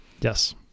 Yes